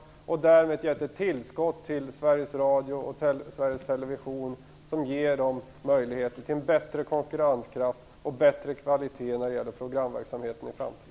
Därmed har vi fått ett tillskott till Sveriges Radio och Sveriges Television som ger dem möjlighet till bättre konkurrenskraft och bättre kvalitet när det gäller programverksamheten i framtiden.